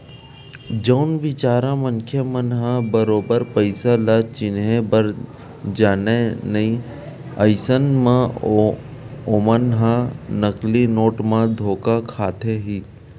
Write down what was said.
जउन बिचारा मनखे मन ह बरोबर पइसा ल चिनहे बर जानय नइ अइसन म ओमन ह नकली नोट म धोखा खाथे ही